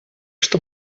что